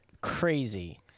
Crazy